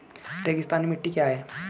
रेगिस्तानी मिट्टी क्या है?